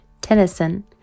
tennyson